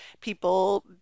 people